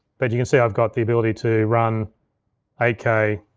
but you can see, i've got the ability to run eight k,